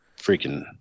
Freaking